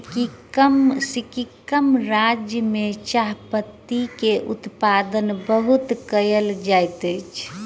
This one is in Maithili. सिक्किम राज्य में चाह पत्ती के उत्पादन बहुत कयल जाइत अछि